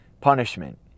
punishment